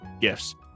gifts